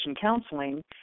counseling